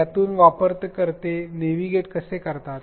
त्यातून वापरकर्ते नॅव्हिगेट कसे करतात